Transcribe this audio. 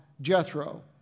Jethro